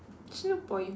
it's no point